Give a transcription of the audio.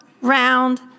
round